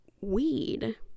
weed